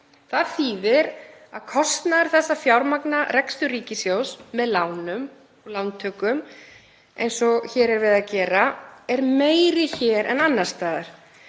Það þýðir að kostnaður þess að fjármagna rekstur ríkissjóðs með lánum og lántökum, eins og hér er verið að gera, er meiri hér en annars staðar.